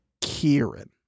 Kieran